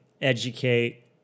educate